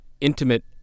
intimate